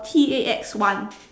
T A X one